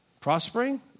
prospering